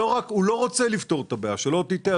הוא לא רוצה לפתור את הבעיה שלא תטעה,